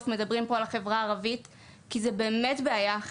מדברים פה על החברה הערבית כי זאת באמת בעיה.